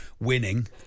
winning